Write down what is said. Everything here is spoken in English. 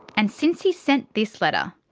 and since he sent this letter,